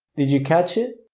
did you catch it?